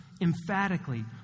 emphatically